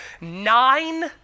nine